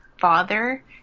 father